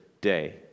day